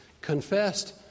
confessed